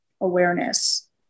awareness